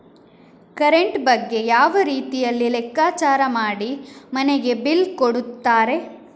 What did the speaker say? Current ಬಗ್ಗೆ ಯಾವ ರೀತಿಯಲ್ಲಿ ಲೆಕ್ಕಚಾರ ಮಾಡಿ ಮನೆಗೆ ಬಿಲ್ ಕೊಡುತ್ತಾರೆ?